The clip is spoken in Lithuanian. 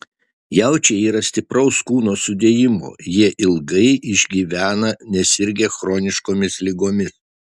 jaučiai yra stipraus kūno sudėjimo jie ilgai išgyvena nesirgę chroniškomis ligomis